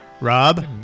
Rob